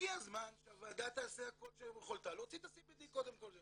הגיע הזמן שהוועדה תעשה כל שביכולתה להוציא את ה-CBD קודם כל.